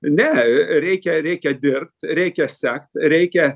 ne reikia reikia dirbt reikia sekt reikia